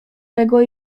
tego